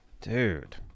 Dude